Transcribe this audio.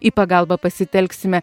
į pagalbą pasitelksime